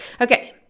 Okay